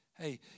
hey